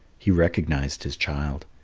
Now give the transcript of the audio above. he recognized his child.